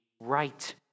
right